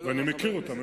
ואני מכיר אותם,